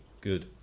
good